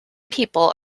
people